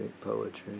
poetry